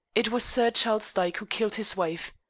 it was sir charles dyke who killed his wife.